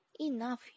Enough